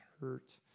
hurt